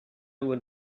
would